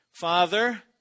Father